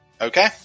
okay